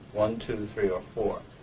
one, two, three, or four.